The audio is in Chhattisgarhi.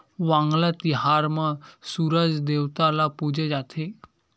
वांगला तिहार म सूरज देवता ल पूजे जाथे